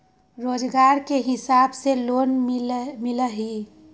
रोजगार के हिसाब से लोन मिलहई?